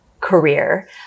career